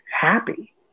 happy